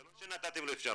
זה לא שנתתם לו אפשרות.